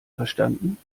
verstanden